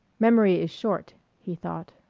memory is short, he thought.